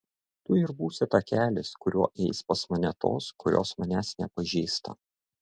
tu ir būsi takelis kuriuo eis pas mane tos kurios manęs nepažįsta